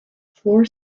floor